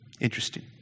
interesting